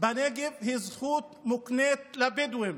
בנגב היא זכות מוקנית לבדואים.